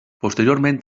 posteriorment